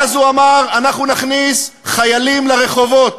ואז הוא אמר: אנחנו נכניס חיילים לרחובות,